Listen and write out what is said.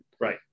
Right